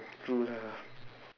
true lah